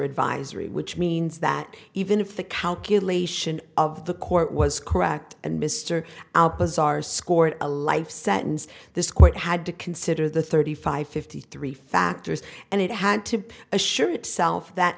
advisory which means that even if the calculation of the court was correct and mr alpizar scored a life sentence this quite had to consider the thirty five fifty three factors and it had to assure itself that